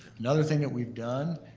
another thing that we've done,